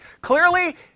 Clearly